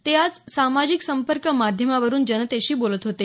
ते आज सामाजिक संपर्क माध्यमावरून जनतेशी बोलत होते